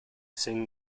sing